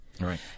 Right